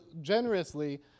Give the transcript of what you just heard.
generously